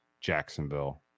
Jacksonville